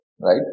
right